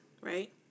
right